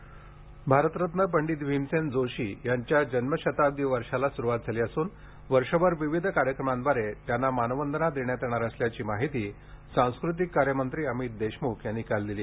भीमसेन जोशी भारतरत्न पंडित भीमसेन जोशी यांच्या जन्मशताब्दी वर्षाला सुरुवात झाली असून वर्षभर विविध कार्यक्रमांद्वारे त्यांना मानवंदना देण्यात येणार असल्याची माहिती सांस्कृतिक कार्यमंत्री अमित देशमुख यांनी काल दिली